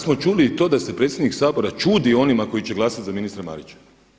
Danas smo čuli i to da se predsjednik Sabora čudi onima koji će glasati za ministra Marića.